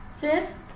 Fifth